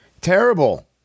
Terrible